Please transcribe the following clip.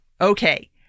okay